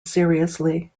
seriously